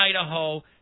Idaho